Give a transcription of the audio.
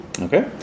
Okay